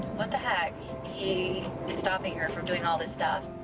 what the heck? he stopping her from doing all this stuff.